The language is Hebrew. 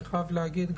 אני חייב להגיד,